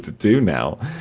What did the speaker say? do now.